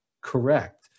correct